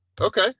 Okay